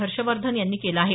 हर्षवर्धन यांनी केलं आहे